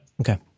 Okay